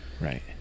right